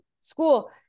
school